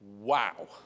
Wow